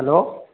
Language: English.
hello